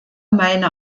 meine